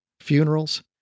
funerals